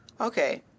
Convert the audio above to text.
Okay